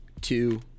two